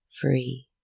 free